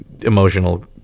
emotional